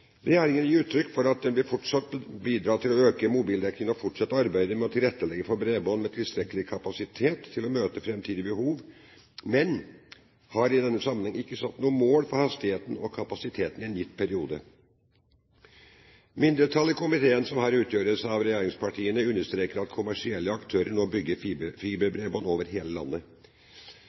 Regjeringen gir uttrykk for at den fortsatt vil bidra til å øke mobildekningen og fortsette arbeidet med å tilrettelegge for bredbånd med tilstrekkelig kapasitet til å møte framtidige behov, men har i denne sammenhengen ikke satt noe mål for hastigheten og kapasiteten i en gitt periode. Mindretallet i komiteen, som her utgjøres av regjeringspartiene, understreker at kommersielle aktører nå bygger fiberbredbånd over hele landet.